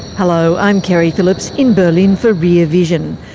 hello, i'm keri phillips, in berlin for rear vision.